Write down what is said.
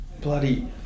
Bloody